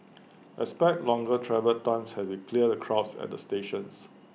expect longer travel times as we clear the crowds at the stations